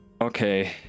okay